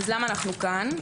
למה אנחנו כאן?